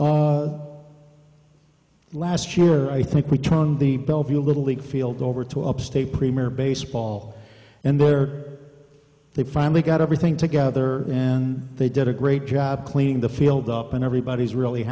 oh last year i think we turned the belleview a little league field over to upstate premier baseball and there they finally got everything together and they did a great job cleaning the field up and everybody's really